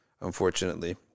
unfortunately